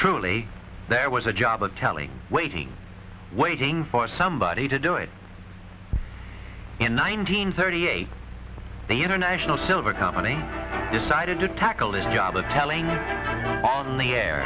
truly there was a job of telling waiting waiting for somebody to do it in nineteen thirty eight the international silver company decided to t